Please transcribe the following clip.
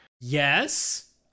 Yes